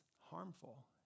harmful